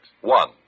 One